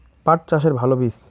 পাঠ চাষের ভালো বীজ?